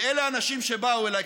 ואלה האנשים שבאו אליי,